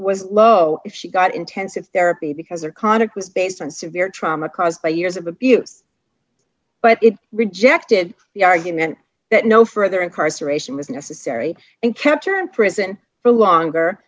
was low if she got intensive therapy because her conduct was based on severe trauma caused by years of abuse but it rejected the argument that no further incarceration was necessary and capture prison for longer